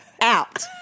Out